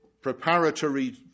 preparatory